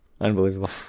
Unbelievable